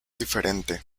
diferente